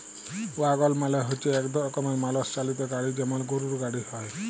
ওয়াগল মালে হচ্যে এক রকমের মালষ চালিত গাড়ি যেমল গরুর গাড়ি হ্যয়